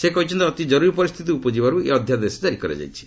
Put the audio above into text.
ସେ କହିଛନ୍ତି ଅତି ଜରୁରୀ ପରିସ୍ଥିତି ଉପୁଜିବାରୁ ଏହି ଅଧ୍ୟାଦେଶ ଜାରି କରାଯାଇଛି